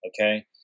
Okay